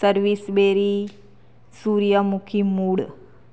service બેરી સૂર્યમુખી મૂળ